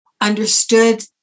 understood